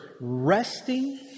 resting